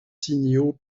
signaux